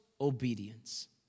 obedience